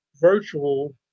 virtual